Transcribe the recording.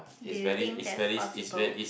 do you think that's possible